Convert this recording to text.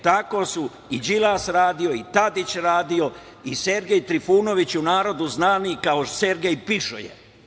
Tako je i Đilas radio, i Tadić, i Sergej Trifunović u narodu znani Sergej „pišoje“